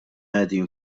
qegħdin